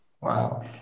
Wow